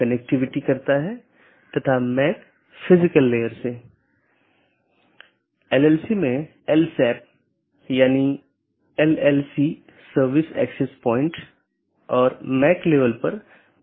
इन protocol के उदाहरण OSPF हैं और RIP जिनमे मुख्य रूप से इस्तेमाल किया जाने वाला प्रोटोकॉल OSPF है